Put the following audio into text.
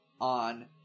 on